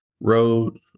road